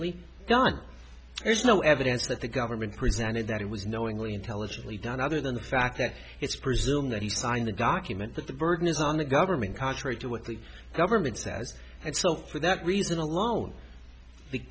y done there's no evidence that the government presented that it was knowingly intelligently done other than the fact that it's presumed that he signed a document that the burden is on the government contrary to what the government says and so for that reason alone the